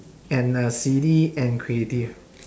and a silly and creative